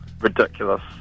ridiculous